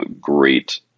great